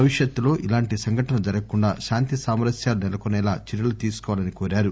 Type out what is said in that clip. భవిష్యత్ లో ఇలాంటి సంఘటనలు జరుగకుండా శాంతి సామరస్యాలు నెలకొనేలా చర్యలు తీసుకోవాలని కోరారు